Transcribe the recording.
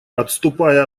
отступая